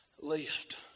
Lift